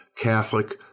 Catholic